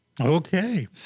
Okay